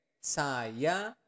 Saya